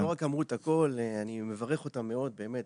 לא רק אמרו את הכל, אני מברך אותם מאוד, באמת.